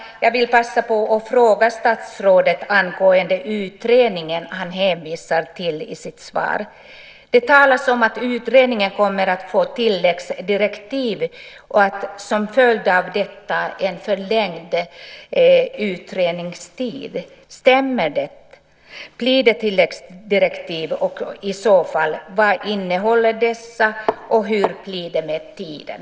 Jag vill passa på att fråga statsrådet angående utredningen han hänvisar till i sitt svar. Det talas om att utredningen kommer att få tilläggsdirektiv och som följd av detta en förlängd utredningstid. Stämmer det? Blir det tilläggsdirektiv och, i så fall, vad innehåller dessa? Hur blir det med tiden?